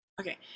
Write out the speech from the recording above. okay